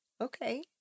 Okay